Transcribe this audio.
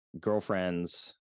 girlfriend's